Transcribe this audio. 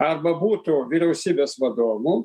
arba būtų vyriausybės vadovu